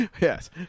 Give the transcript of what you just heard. Yes